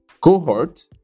cohort